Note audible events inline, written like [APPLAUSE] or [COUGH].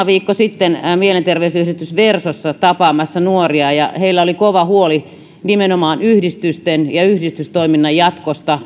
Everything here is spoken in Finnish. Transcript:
[UNINTELLIGIBLE] viikko sitten mielenterveysyhdistys versossa tapaamassa nuoria ja heillä samoin kuin henkilökunnalla oli kova huoli nimenomaan yhdistysten ja yhdistystoiminnan jatkosta